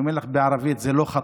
אני אומר לך בערבית: זה לא ח'טא,